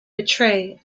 betray